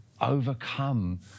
overcome